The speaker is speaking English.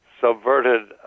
subverted